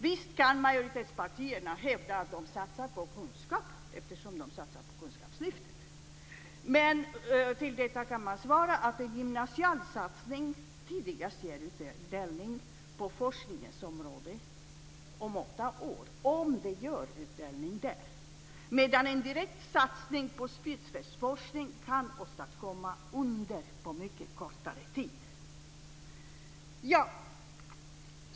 Visst kan majoritetspartierna hävda att de satsar på kunskap eftersom de satsar på Kunskapslyftet. Till detta kan man svara att en gymnasial satsning tidigast ger utdelning på forskningens område om åtta år, om den ger utdelning då, medan en direkt satsning på spjutspetsforskning kan åstadkomma under på mycket kortare tid.